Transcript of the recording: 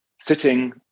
sitting